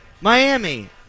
Miami